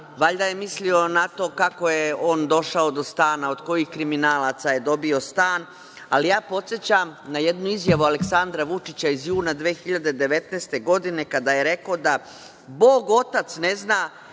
Valjda je mislio na to kako je on došao do stana, od kojih kriminalaca je dobio stan. Podsećam na jednu izjavu Aleksandra Vučića iz juna 2019. godine kada je rekao da Bog Otac ne zna